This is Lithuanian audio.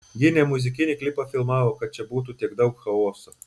gi ne muzikinį klipą filmavo kad čia būtų tiek daug chaoso